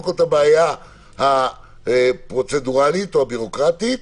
כל את הבעיה הפרוצדורלית או הבירוקרטית?